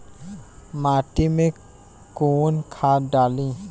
माटी में कोउन खाद डाली?